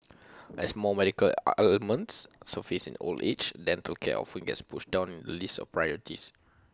as more medical ailments surface in old age dental care often gets pushed down the list of priorities